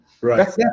right